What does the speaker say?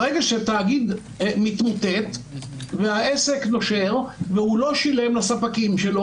ברגע שתאגיד מתמוטט והעסק נושר והוא לא שילם לספקים שלו,